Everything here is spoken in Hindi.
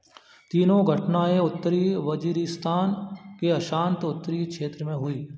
तीनों घटनाएँ उत्तरी वजीरिस्तान के अशांत उत्तरी क्षेत्र में हुईं